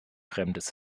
fremdes